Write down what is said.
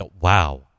wow